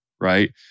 right